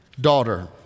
Daughter